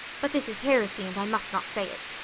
but this is heresy, and i must not say it.